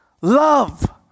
Love